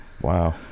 Wow